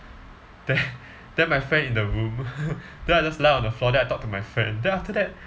then then my friend in the room then I just lie on the floor then I talk to my friend then after that